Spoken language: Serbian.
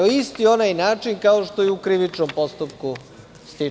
Isti onaj način kao što iu krivičnom stiču.